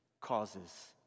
causes